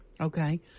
Okay